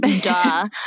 duh